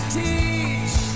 teach